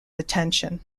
attention